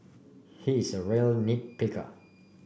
he is a real nit picker